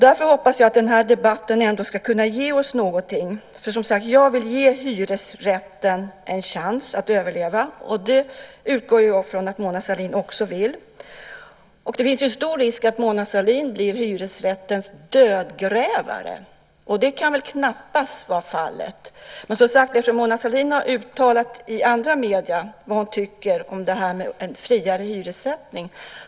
Jag hoppas att den här debatten ändå ska kunna ge oss något. Jag vill ge hyresrätten en chans att överleva. Det utgår jag ifrån att Mona Sahlin också vill. Det finns stor risk att Mona Sahlin blir hyresrättens dödgrävare. Det kan väl knappast vara meningen. Mona Sahlin har, som sagt, i andra medier uttalat vad hon tycker om en friare hyressättning.